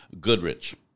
Goodrich